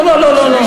לא לא לא,